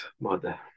Mother